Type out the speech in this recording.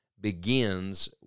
begins